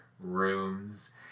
rooms